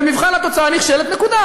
במבחן התוצאה נכשלת,